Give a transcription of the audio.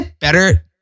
better